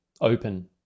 open